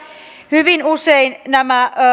hyvin usein nämä